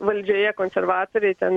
valdžioje konservatoriai ten